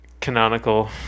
canonical